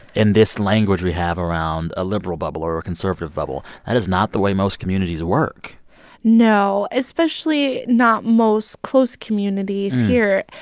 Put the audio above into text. and this language we have around a liberal bubble or a conservative bubble, that is not the way most communities work no, especially not most close communities here.